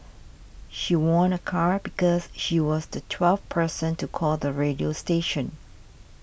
she won a car because she was the twelfth person to call the radio station